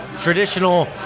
traditional